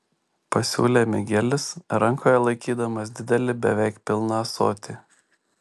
pasiūlė migelis rankoje laikydamas didelį beveik pilną ąsotį